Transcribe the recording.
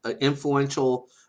influential